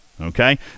Okay